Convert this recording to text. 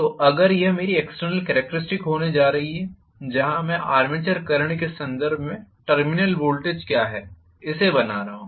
तो अगर यह मेरी एक्सटर्नल कॅरेक्टरिस्टिक्स होने जा रही है जहाँ मैं आर्मेचर करंट के संदर्भ में टर्मिनल वोल्टेज क्या है इसे बना रहा हूं